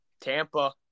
Tampa